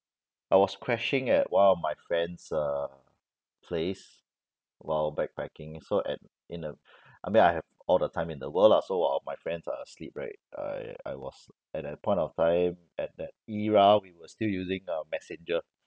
I was crashing at one of my friends uh place while backpacking so at in a I mean I have all the time in the world lah so all of my friends are asleep right I I was at that point of time at that era we were still using uh messenger